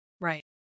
Right